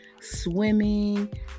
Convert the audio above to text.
swimming